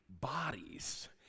bodies